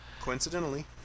coincidentally